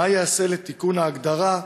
מה ייעשה לתיקון ההגדרה,